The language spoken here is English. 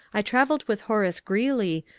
i travelled with horace grreeley,